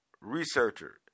researcher